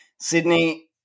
Sydney